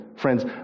Friends